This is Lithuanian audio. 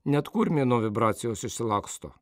net kurmiai nuo vibracijos išsilaksto